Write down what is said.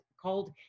called